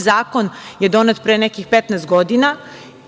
zakon je donet pre nekih 15 godina,